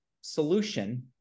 solution